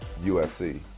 USC